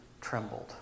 trembled